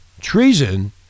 treason